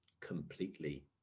completely